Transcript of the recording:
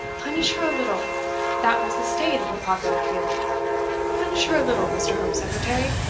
punish her a little that was the state of the popular feeling punish her a little, mr. home secretary,